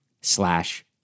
slash